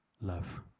love